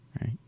right